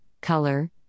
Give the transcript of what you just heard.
color